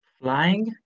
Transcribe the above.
Flying